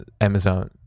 amazon